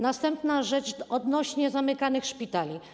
Następna rzecz odnośnie do zamykanych szpitali.